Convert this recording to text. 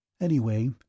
Anyway